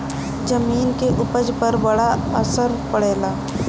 जमीन के उपज पर बड़ा असर पड़ेला